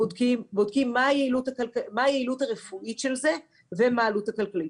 בודקים מה היעילות הרפואית של זה ומה העלות הכלכלית.